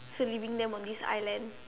so leaving them on this island